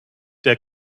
der